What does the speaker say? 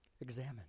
Examine